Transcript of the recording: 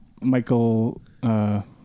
Michael